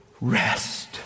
rest